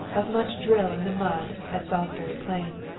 of much drill in the mud at salisbury plain.